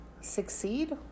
succeed